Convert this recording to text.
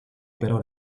però